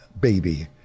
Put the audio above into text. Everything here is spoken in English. baby